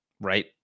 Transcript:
right